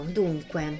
dunque